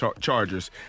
Chargers